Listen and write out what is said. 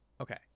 Okay